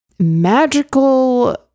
magical